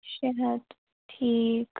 شیٚے ہتھ ٹھیٖک